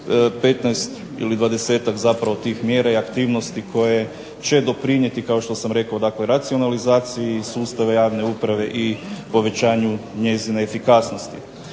15 ili 20-ak zapravo tih mjera i aktivnosti koje će doprinijeti kao što sam rekao dakle racionalizaciji sustava javne uprave, i povećanju njezine efikasnosti.